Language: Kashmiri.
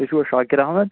تُہۍ چھُو حظ شاکِر احمد